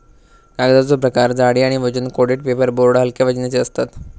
कागदाचो प्रकार जाडी आणि वजन कोटेड पेपर बोर्ड हलक्या वजनाचे असतत